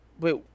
Wait